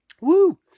Woo